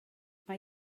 mae